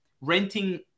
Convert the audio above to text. renting